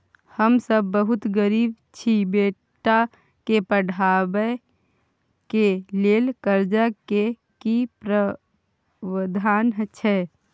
हम सब बहुत गरीब छी, बेटा के पढाबै के लेल कर्जा के की प्रावधान छै?